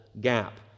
gap